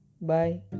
Bye